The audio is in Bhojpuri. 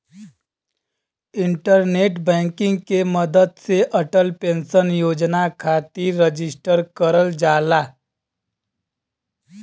इंटरनेट बैंकिंग के मदद से अटल पेंशन योजना खातिर रजिस्टर करल जाला